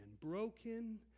broken